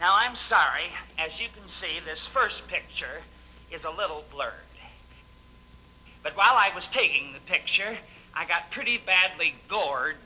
now i'm sorry as you can see this first picture is a little but while i was taking the picture i got pretty badly go